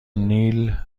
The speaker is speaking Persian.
نیل